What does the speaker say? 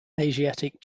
asiatic